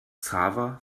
xaver